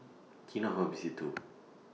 Kinohimitsu